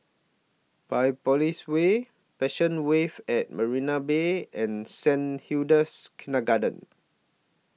Biopolis Way Passion Wave At Marina Bay and Saint Hilda's Kindergarten